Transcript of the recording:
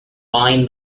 mind